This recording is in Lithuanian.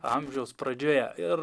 amžiaus pradžioje ir